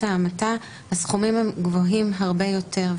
ההמתה הסכומים הם גבוהים הרבה יותר.